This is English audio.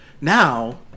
now